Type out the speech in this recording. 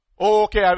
Okay